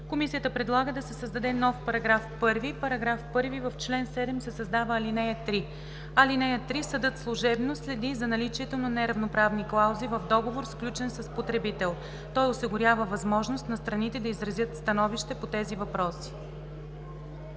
Комисията предлага да се създаде нов § 1: „§ 1. В чл. 7 се създава ал. 3: „(3) Съдът служебно следи за наличието на неравноправни клаузи в договор, сключен с потребител. Той осигурява възможност на страните да изразят становище по тези въпроси.“